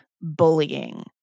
bullying